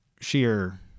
sheer